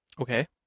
Okay